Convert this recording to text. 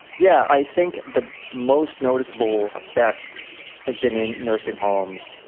yeah, i think the most noticeable effect has been in nursing homes,